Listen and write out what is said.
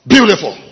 Beautiful